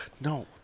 No